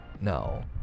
No